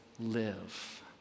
live